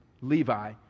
Levi